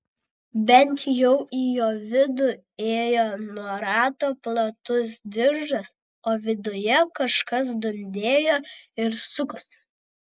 bent jau į jo vidų ėjo nuo rato platus diržas o viduje kažkas dundėjo ir sukosi